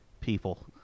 people